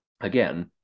again